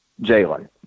Jalen